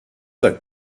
tak